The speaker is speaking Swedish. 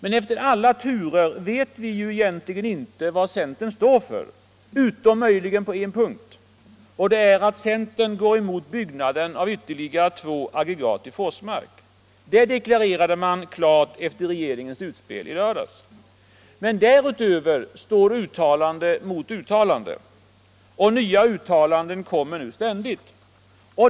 Men efter alla turer vet vi egentligen inte vad centern står för — utom möjligen på en punkt: Centern går emot byggandet av ytterligare två aggregat i Forsmark. Det deklarerade man klart efter regeringens utspel i lördags. Men därutöver står uttalande mot uttalande. Och nya uttalanden kommer ständigt.